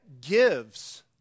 gives